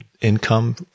income